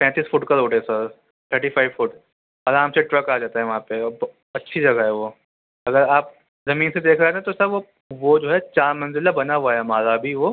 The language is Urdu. پینتیس فٹ کا روڈ ہے سر تھرٹی فائیو فٹ آرام سے ٹرک آ جاتا ہے وہاں پہ اچھی جگہ ہے وہ اگر آپ زمین سے دیکھ رہے ہیں نا تو سر وہ وہ جو ہے چار منزلہ بنا ہوا ہے ہمارا ابھی وہ